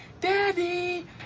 daddy